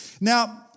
Now